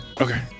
okay